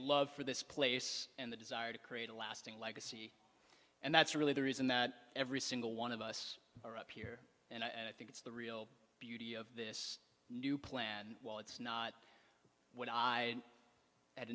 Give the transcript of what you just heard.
love for this place and the desire to create a lasting legacy and that's really the reason that every single one of us are up here and i think it's the real beauty of this new plan while it's not what i had